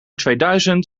tweeduizend